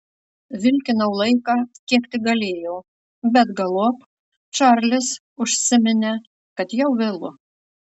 vilkinau laiką kiek tik galėjau bet galop čarlis užsiminė kad jau vėlu